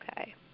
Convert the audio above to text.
Okay